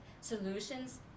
solutions